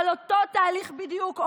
אבל אותו תהליך בדיוק,